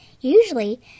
Usually